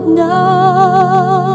now